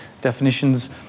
definitions